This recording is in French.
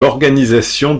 l’organisation